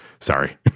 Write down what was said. sorry